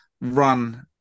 run